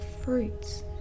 fruits